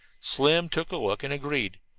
slim took a look and agreed.